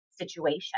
situation